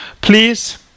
please